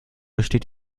besteht